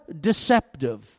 deceptive